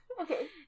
Okay